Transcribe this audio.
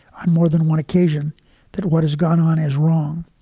i'm more than one occasion that what has gone on is wrong.